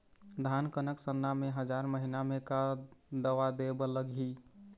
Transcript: धान कनक सरना मे हजार महीना मे का दवा दे बर लगही?